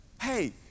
Hey